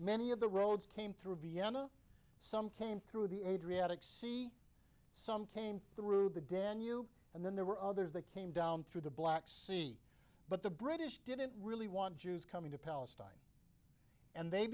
many of the roads came through vienna some came through the adriatic sea some came through the danube and then there were others that came down through the black sea but the british didn't really want jews coming to palestine and they